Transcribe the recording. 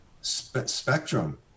spectrum